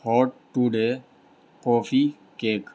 heart today coffee cake